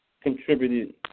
contributed –